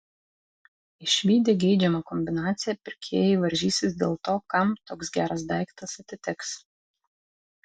išvydę geidžiamą kombinaciją pirkėjai varžysis dėl to kam toks geras daiktas atiteks